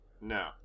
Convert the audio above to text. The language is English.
No